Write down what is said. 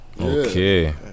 Okay